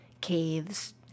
caves